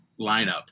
lineup